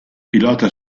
pilota